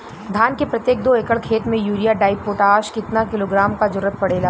धान के प्रत्येक दो एकड़ खेत मे यूरिया डाईपोटाष कितना किलोग्राम क जरूरत पड़ेला?